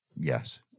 Yes